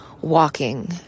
walking